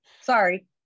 Sorry